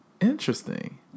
Interesting